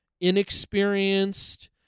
inexperienced